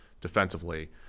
defensively